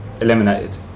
Eliminated